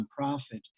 nonprofit